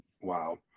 Wow